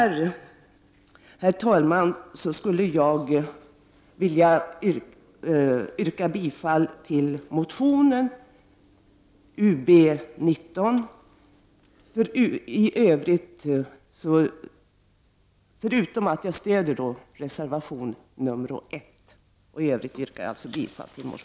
Med det anförda skulle jag vilja yrka bifall till motion Ub19, förutom att jag stöder reservation 1.